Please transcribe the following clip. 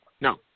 No